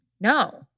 no